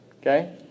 Okay